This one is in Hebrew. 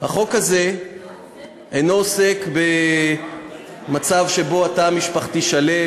החוק הזה אינו עוסק במצב שבו התא המשפחתי שלם.